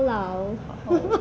!wow!